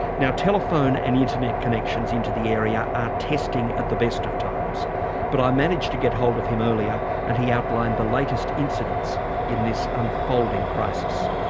now telephone and internet connections into the area are testing at the best of times but i managed to get hold of him earlier and he outlined the latest incidents in this unfolding crisis.